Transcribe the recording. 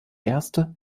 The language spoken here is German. erste